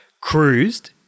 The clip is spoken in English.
cruised